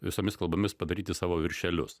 visomis kalbomis padaryti savo viršelius